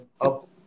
up